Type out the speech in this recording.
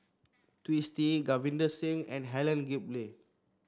Twisstii Davinder Singh and Helen Gilbey